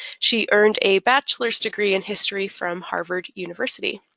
she earned a bachelor's degree in history from harvard university.